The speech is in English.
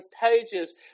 pages